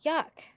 Yuck